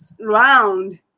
round